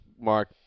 mark